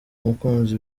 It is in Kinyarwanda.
umukunzi